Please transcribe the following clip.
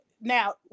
now